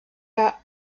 der